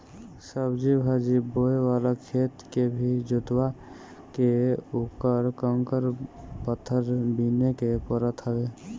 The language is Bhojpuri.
सब्जी भाजी बोए वाला खेत के भी जोतवा के उकर कंकड़ पत्थर बिने के पड़त हवे